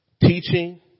teaching